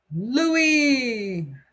Louis